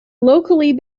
locally